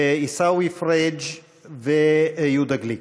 עיסאווי פריג' ויהודה גליק.